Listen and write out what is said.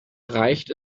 reicht